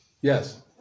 Yes